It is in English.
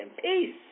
Peace